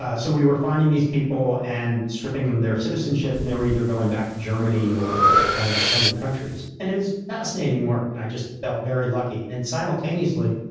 ah so, we were finding these people and stripping them their citizenship, and they were either going back to germany or other, other countries. and it was fascinating work. and i just felt very lucky. and simultaneously,